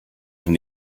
from